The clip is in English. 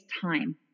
time